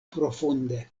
profunde